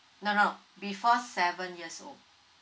no no no before seven years old